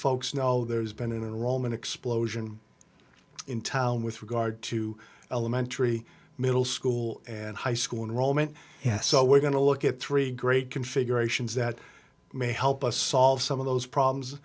folks know there's been an rollman explosion in town with regard to elementary middle school and high school enrollment so we're going to look at three great configurations that may help us solve some of those problems